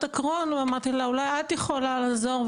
הקרוהן ואמרתי לה: אולי את יכולה לעזור?